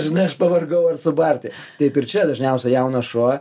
žinai aš pavargau ar subarti taip ir čia dažniausiai jaunas šuo